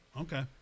okay